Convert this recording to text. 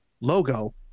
logo